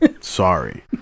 sorry